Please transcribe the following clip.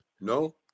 No